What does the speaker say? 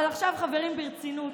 אבל עכשיו, חברים, ברצינות.